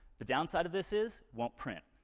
the downside of this is. won't print.